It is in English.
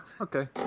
Okay